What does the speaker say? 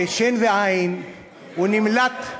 בשן ועין הוא נמלט,